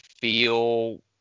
feel